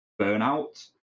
burnout